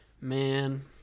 Man